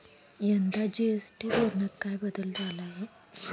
यंदा जी.एस.टी धोरणात काय बदल झाला आहे?